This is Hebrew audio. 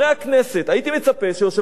הייתי מצפה שיושב-ראש הכנסת